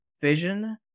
vision